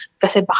Kasi